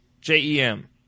J-E-M